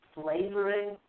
flavoring